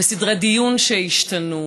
וסדרי דיון שהשתנו,